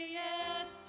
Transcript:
yes